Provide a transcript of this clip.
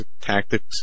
tactics